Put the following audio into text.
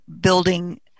building